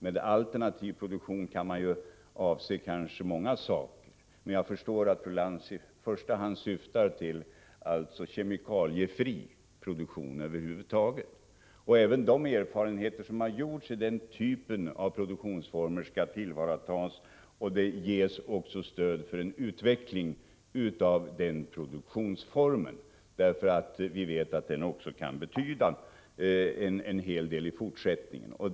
Med alternativ produktion kan avses många saker, men jag förstår att fru Lantz i första hand syftar på kemikaliefri produktion över huvud taget. Även de erfarenheter som har gjorts av denna produktionsform skall tillvaratas. Det ges också stöd till en utveckling av den produktionsformen, då vi vet att dess resultat kan betyda en hel del i fortsättningen.